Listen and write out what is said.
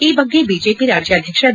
ಈ ಬಗ್ಗೆ ಬಿಜೆಪಿ ರಾಜ್ಯಾಧ್ವಕ್ಷ ಬಿ